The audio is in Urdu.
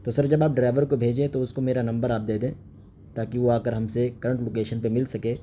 تو سر جب آپ ڈرائیور کو بھیجیں تو اس کو میرا نمبر آپ دے دیں تا کہ وہ آ کر ہم سے کرنٹ لوکیشن پہ مل سکے